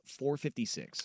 456